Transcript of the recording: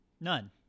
None